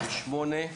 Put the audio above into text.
התשס"ח-2008.